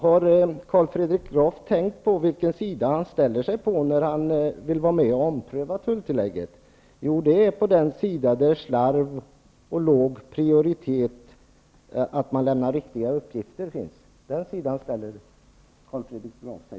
Har Carl Fredrik Graf tänkt på vilken sida han ställer sig på när han vill vara med om att ompröva tulltillägget? Han ställer sig ju på den sida där slarv och låg prioritet finns när det gäller att lämna riktiga uppgifter.